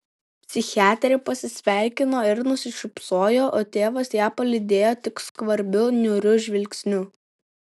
psichiatrė pasisveikino ir nusišypsojo o tėvas ją palydėjo tik skvarbiu niūriu žvilgsniu